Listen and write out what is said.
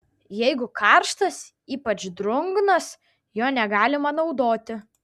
jeigu karštas ypač drungnas jo negalima naudoti